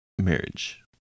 marriage